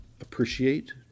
appreciate